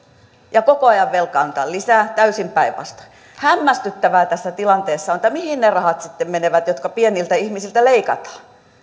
ja koko ajan velkaannutaan lisää täysin päinvastoin hämmästyttävää tässä tilanteessa on että mihin ne rahat sitten menevät jotka pieniltä ihmisiltä leikataan